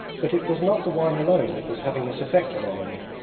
but it was not the wine alone that was having this effect on olenin.